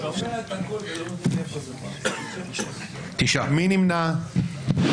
9 נמנעים,